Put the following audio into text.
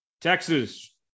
texas